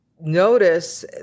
notice